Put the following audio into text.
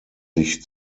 sich